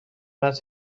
است